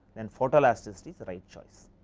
and photo elasticity is the right choice.